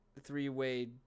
three-way